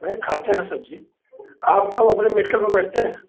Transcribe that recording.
नहीं खाते हैं सब्ज़ी आप कब अपने मेडिकल पर बैठते हैं